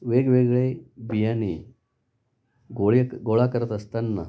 वेगवेगळे बियाणे गोळे गोळा करत असताना